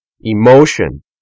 Emotion